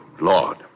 Lord